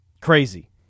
Crazy